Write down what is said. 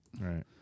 Right